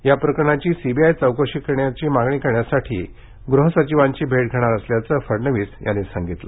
या प्रकरणाची सीबीआय चौकशी मागणी करण्यासाठी गृहसचिवांची भेट घेणार असल्याचं फडणवीस यांनी सांगितलं